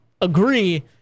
agree